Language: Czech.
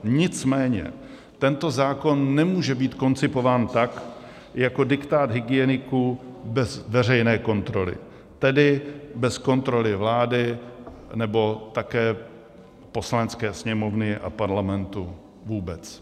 Nicméně tento zákon nemůže být koncipován tak jako diktát hygieniků bez veřejné kontroly, tedy bez kontroly vlády nebo také Poslanecké sněmovny a Parlamentu vůbec.